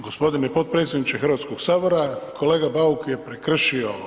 Gospodine potpredsjedniče Hrvatskog sabora kolega Bauk je prekršio